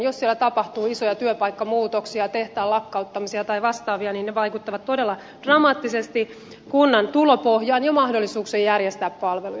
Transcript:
jos siellä tapahtuu isoja työpaikkamuutoksia tehtaan lakkauttamisia tai vastaavia niin ne vaikuttavat todella dramaattisesti kunnan tulopohjaan ja mahdollisuuksiin järjestää palveluja